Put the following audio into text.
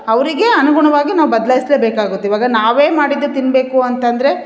ಅವರಿಗೆ ಅನುಗುಣವಾಗಿ ನಾವು ಬದ್ಲಾಯ್ಸಲೆ ಬೇಕಾಗುತ್ತೆ ಇವಾಗ ನಾವು ಮಾಡಿದ್ದೆ ತಿನ್ನಬೇಕು ಅಂತಂದರೆ